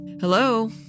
Hello